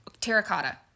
Terracotta